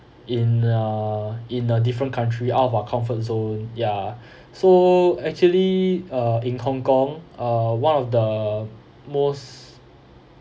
in a in a different country out of our comfort zone ya so actually uh in hong kong uh one of the most